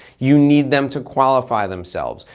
you need them to qualify themselves.